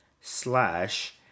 slash